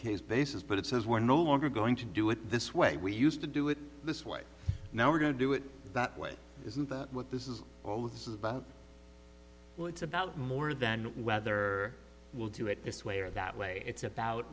case basis but it says we're no longer going to do it this way we used to do it this way now we're going to do it that way isn't that what this is all this is about well it's about more than whether we'll do it this way or that way it's about